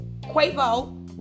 Quavo